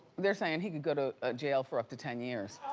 they're saying he could go to ah jail for up to ten years.